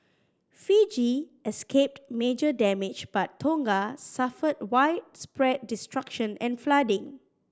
Fiji escaped major damage but Tonga suffered widespread destruction and flooding